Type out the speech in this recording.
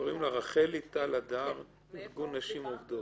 קוראים לה רחלי טל-הדר, ארגון נשים עובדות.